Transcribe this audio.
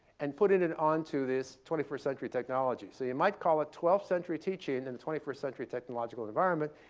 and putting it onto this twenty first century technology. so you might call it twelfth century teaching in the twenty first century technological environment.